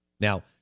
Now